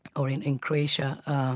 or in in croatia